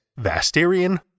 Vastarian